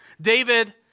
David